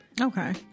Okay